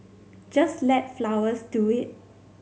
just let flowers do it